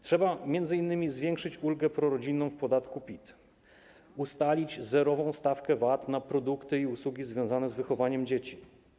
Trzeba m.in. zwiększyć ulgę prorodzinną w podatku PIT, ustalić zerową stawkę VAT na produkty i usługi związane z wychowaniem dzieci.